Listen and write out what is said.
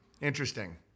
Interesting